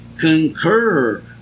concur